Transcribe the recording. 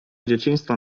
dzieciństwa